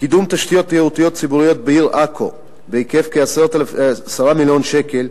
קידום תשתיות תיירותיות ציבוריות בעיר עכו בהיקף כ-10 מיליון שקל,